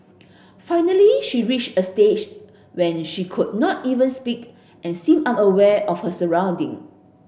finally she reached a stage when she could not even speak and seemed unaware of her surrounding